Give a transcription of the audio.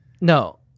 No